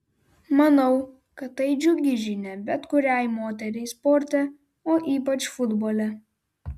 manau kad tai džiugi žinia bet kuriai moteriai sporte o ypač futbole